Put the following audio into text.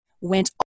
went